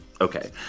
okay